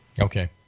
Okay